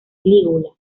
lígula